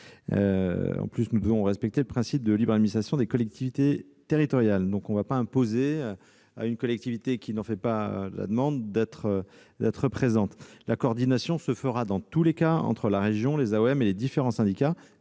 En outre, le principe de libre administration des collectivités territoriales implique de ne pas imposer à une collectivité qui n'en fait pas la demande d'être présente. La coordination s'effectuera dans tous les cas entre la région, les AOM et les différents syndicats,